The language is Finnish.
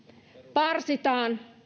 parsitaan